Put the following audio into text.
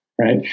right